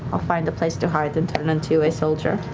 i'll find a place to hide and turn into a soldier.